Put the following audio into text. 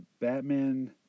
Batman